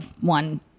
one